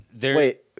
Wait